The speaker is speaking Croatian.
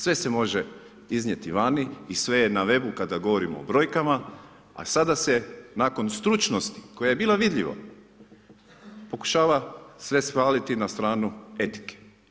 Sve se može iznijeti vani i sve je na webu kada govorimo o brojkama, a sada se nakon stručnosti, koja je bila vidljiva, pokušava sve svaliti na stranu etike.